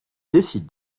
décident